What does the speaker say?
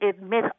admit